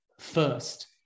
first